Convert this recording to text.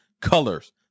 Colors